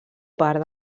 part